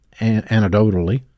anecdotally